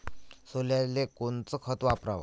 सोल्याले कोनचं खत वापराव?